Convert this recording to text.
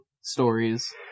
stories